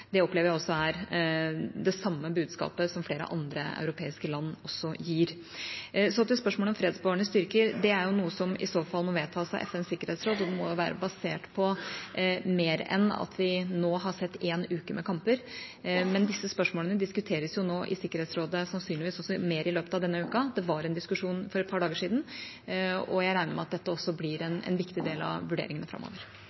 Det opplever jeg er det samme budskapet som flere andre europeiske land også gir. Så til spørsmålet om fredsbevarende styrker: Det er noe som i så fall må vedtas av FNs sikkerhetsråd, og det må være basert på mer enn at vi nå har sett én uke med kamper. Disse spørsmålene diskuteres nå i Sikkerhetsrådet, sannsynligvis også mer i løpet av denne uka. Det var en diskusjon for et par dager siden, og jeg regner med at dette også blir